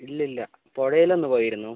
ഇല്ലില്ല പുഴയിലൊന്ന് പോയിരുന്നു